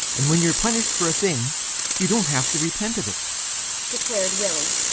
and when you're punished for a thing you don't have to repent of it declared willie.